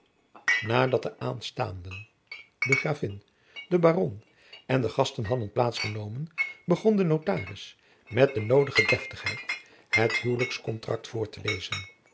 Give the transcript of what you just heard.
nadat de aanstaanden de gravin de baron en de gasten hadden plaats genomen begon de notaris met de noodige deftigheid het huwlijkskontrakt voor te lezen